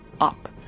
up